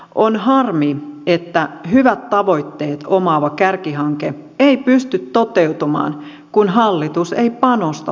on harmi että hyvät tavoitteet omaava kärkihanke ei pysty toteutumaan kun hallitus ei panosta työllisyyteen